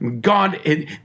God